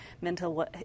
mental